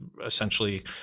essentially